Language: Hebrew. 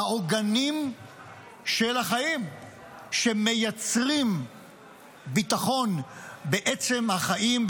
העוגנים של החיים שמייצרים ביטחון בעצם החיים,